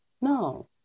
No